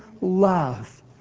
love